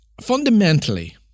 Fundamentally